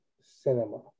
cinema